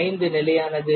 5 நிலையானது